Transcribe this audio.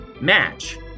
match